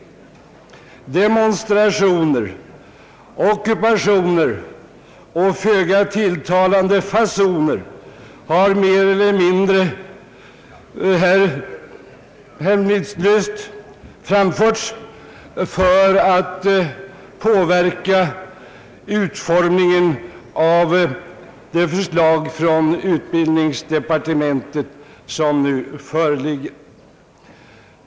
Demonstrationer, ockupationer och föga tilltalande fasoner har, mer eller mindre häm ningslöst, använts för att påverka utformningen av det förslag från utbildningsdepartementet som nu föreligger.